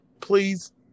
Please